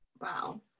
wow